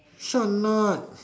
sure or not